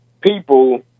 people